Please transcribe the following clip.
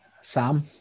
Sam